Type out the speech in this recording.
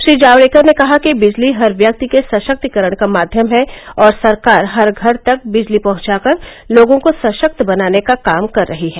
श्री जावड़ेकर ने कहा कि बिजली हर व्यक्ति के सशक्तिकरण का माध्यम है और सरकार हर घर तक बिजली पहुंचाकर लोगों को सशक्त बनाने का काम कर रही है